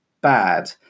bad